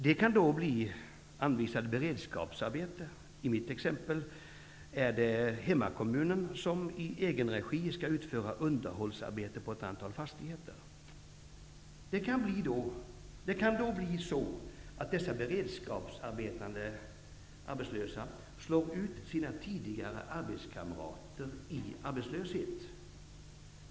De kan då bli anvisade beredskapsarbete. I mitt exempel är det hemmakommunen som i egenregi skall utföra underhållsarbete på ett antal fastigheter. Dessa beredskapsarbetande arbetslösa kan då slå ut sina tidigare arbetskamrater i arbetslöshet.